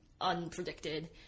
unpredicted